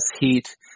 heat